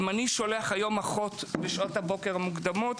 אם אני שולח היום אחות בשעות הבוקר המוקדמות,